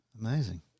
Amazing